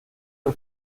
del